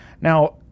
Now